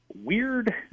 weird